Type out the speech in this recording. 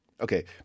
Okay